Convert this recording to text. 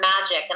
magic